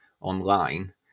online